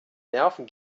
nerven